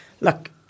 look